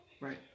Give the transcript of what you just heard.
right